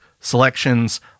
selections